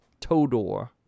Todor